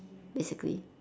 basically